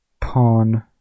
Pawn